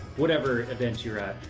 whatever events you're at,